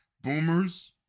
boomers